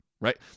right